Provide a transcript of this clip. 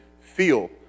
feel